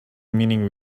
meaning